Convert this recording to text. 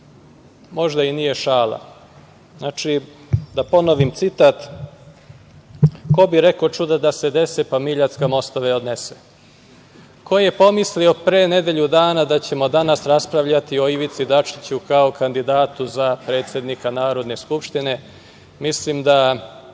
možda i nije šala. Da ponovim citat – ko bi rekao čuda da se dese pa Miljacka mostove odnese. Ko je pomislio pre nedelju dana da ćemo danas raspravljati o Ivici Dačiću kao kandidatu za predsednika Narodne skupštine? Mislim da